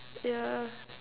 yeah